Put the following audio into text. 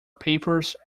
papers